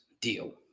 deal